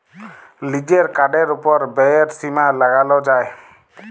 লিজের কার্ডের ওপর ব্যয়ের সীমা লাগাল যায়